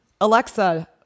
alexa